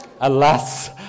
Alas